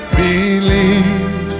believe